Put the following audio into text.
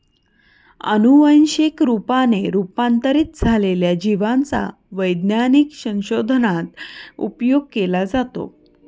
अनुवंशिक रूपाने रूपांतरित झालेल्या जिवांचा वैज्ञानिक संशोधनात उपयोग केला जातो